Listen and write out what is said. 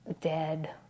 dead